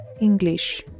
English